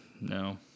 no